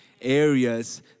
areas